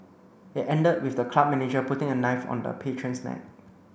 it ended with the club manager putting a knife on the patron's neck